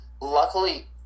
Luckily